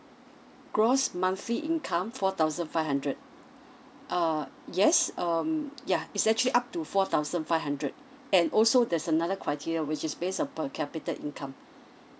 gross monthly income four thousand five hundred uh yes um ya it's actually up to four thousand five hundred and also there's another criteria which is based on per capita income